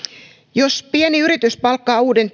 jos pieni yritys palkkaa uuden